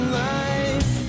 life